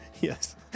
Yes